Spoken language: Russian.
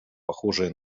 похожее